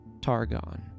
Targon